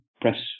press